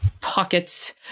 pockets